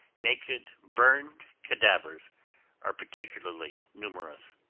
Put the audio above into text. naked burned cadavers are particularly numerous.